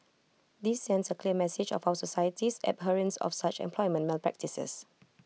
this sends A clear message of our society's abhorrence of such employment malpractices